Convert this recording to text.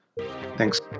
Thanks